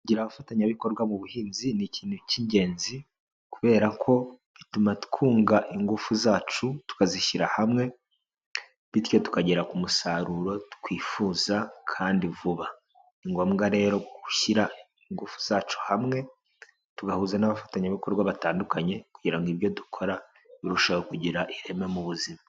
Kugira abafatanyabikorwa mu buhinzi ni ikintu cy'ingenzi kubera ko bituma twunga ingufu zacu tukazishyira hamwe bityo tukagera ku musaruro twifuza kandi vuba, ni ngombwa rero gushyira ingufu zacu hamwe tugahuza n'abafatanyabikorwa batandukanye kugira ngo ibyo dukora birusheho kugira ireme mu buzima.